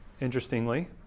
interestingly